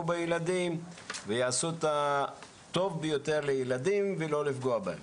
בילדים ויעשו את הטוב ביותר לילדים ולא לפגוע בהם.